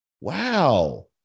Wow